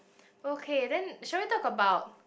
okay then shall we talk about